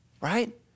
right